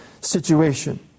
situation